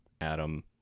Adam